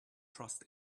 trust